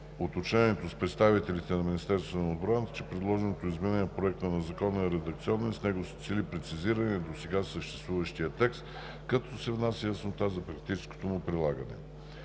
уточнението с представителите на Министерството на отбраната, че предложеното изменение на Проекта на закона е редакционно и с него се цели прецизиране на досега съществуващия текст, като се внася яснота за практическото му прилагане.